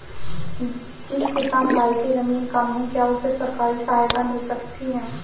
जिस किसान भाई के ज़मीन कम है क्या उसे सरकारी सहायता मिल सकती है?